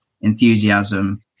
enthusiasm